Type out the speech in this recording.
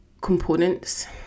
components